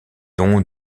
don